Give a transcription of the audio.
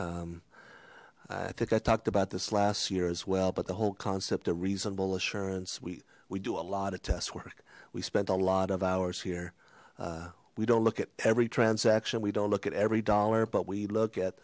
eyes i think i talked about this last year as well but the whole concept of reasonable assurance we we do a lot of tests work we spent a lot of hours here we don't look at every transaction we don't look at every dollar but we look at